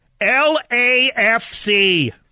L-A-F-C